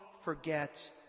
forgets